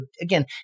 again